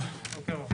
לכולם,